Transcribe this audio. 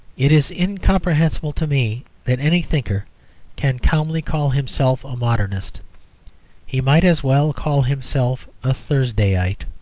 it is incomprehensible to me that any thinker can calmly call himself a modernist he might as well call himself a thursdayite.